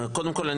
קודם כול,